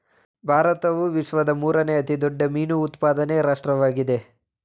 ಭಾರತವು ವಿಶ್ವದ ಮೂರನೇ ಅತಿ ದೊಡ್ಡ ಮೀನು ಉತ್ಪಾದಕ ರಾಷ್ಟ್ರವಾಗಿದೆ